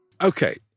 Okay